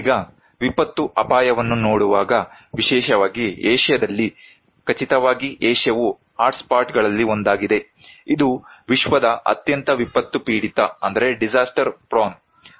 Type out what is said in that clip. ಈಗ ವಿಪತ್ತು ಅಪಾಯವನ್ನು ನೋಡುವಾಗ ವಿಶೇಷವಾಗಿ ಏಷ್ಯಾದಲ್ಲಿ ಖಚಿತವಾಗಿ ಏಷ್ಯಾವು ಹಾಟ್ಸ್ಪಾಟ್ಗಳಲ್ಲಿ ಒಂದಾಗಿದೆ ಇದು ವಿಶ್ವದ ಅತ್ಯಂತ ವಿಪತ್ತು ಪೀಡಿತ ಪ್ರದೇಶವಾಗಿದೆ